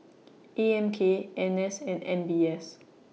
A M K N S and M B S